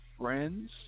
Friends